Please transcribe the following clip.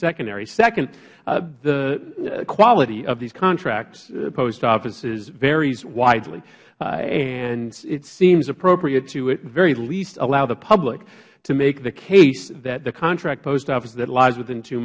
second area second the quality of these contract post offices varies widely and it seems appropriate to very least allow the public to make the case that the contract post offices that lies within two